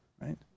Right